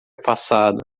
passada